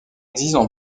existent